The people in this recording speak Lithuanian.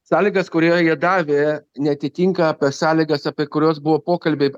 sąlygas kurie jie davė neatitinka apie sąlygas apie kuriuos buvo pokalbiai